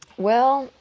well,